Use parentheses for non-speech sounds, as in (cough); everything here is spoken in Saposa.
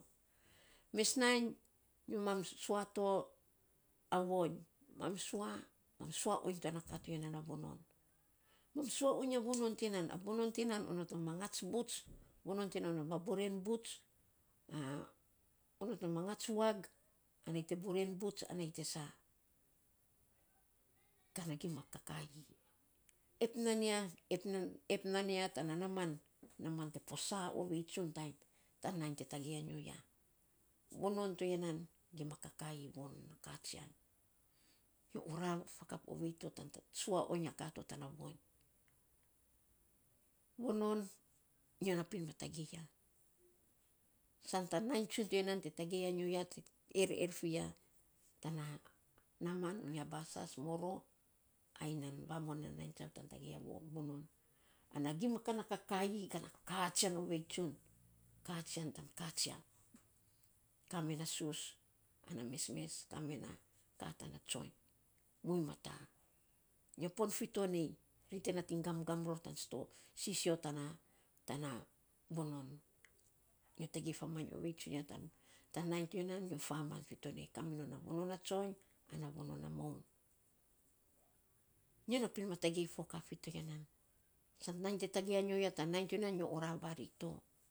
Mes nainy (hesitation) mam sua to, a voing, mam sua, mam sua oing to na kat tiya nan, a vanon. (noise) mam sua oing a vanon tinan a vovnon ti nan onot non ma ngats bbuts, vonon ti nan onot non ma boren buts (hesitation) onot non ma ngats wag, ana yei te borens buts ana nyi te sa (noise) ka na gimakakaii ep non ya (unintelligible) ep non ya tana namaan, namaan te posaa ovei tsun, (hesitation) tan nainy te tagei anyo ya. Vonon toya nan gima kakaii (unintelligible) katsian. Nyol orav fakap ovei to tan sua oing ya ka to tana voiny. Vonon nyo na pin ma tagei ya, san tan nainy tsun toya nan te tagei ya nyo ya, te er, er fi ya tana namaan, unya bassas, moro, ai nan vamuan nan nainy tsiau tan tagei a vonon. Ana gima kana kakaii, ka na katsian ovei tsun. Katsian tan katsian. kame na sus ana mesmes kame na ka tan tsoiny. muiny mataa, nyo pon fi to nei, ra te nating gamgam ror tan (hesitation) sisio tana tana vanon. Nyo tagei faman ovei tsun ya tan tan ngis to ya nan nyo famaan vi to nei te kaminon a vonoon tsoing ana vonon na maun. Nyo na pin ma tagei fo kain kat fi to ya nan, sa nainy te tagei ya nyo ya, nyo orav varik to.